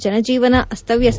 ಜನಜೀವನ ಅಸ್ತವ್ಯಸ್ತ